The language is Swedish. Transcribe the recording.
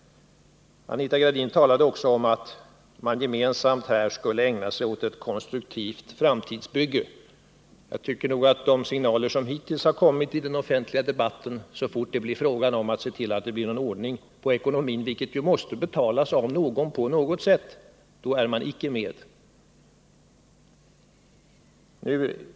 Anita Gradin talade också om att man gemensamt skulle ägna sig åt ett konstruktivt framtidsbygge. De signaler som hittills har kommit i den offentliga debatten visar dock att så fort det blir fråga om att försöka skapa ordning på ekonomin — vilket ju måste betalas på något sätt av någon — då är man inte med.